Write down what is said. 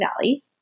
Valley